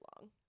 long